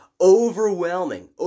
overwhelming